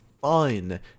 fun